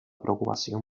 preocupación